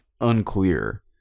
unclear